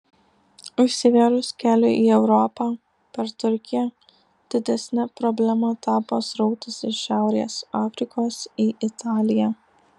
užsivėrus keliui į europą per turkiją didesne problema tapo srautas iš šiaurės afrikos į italiją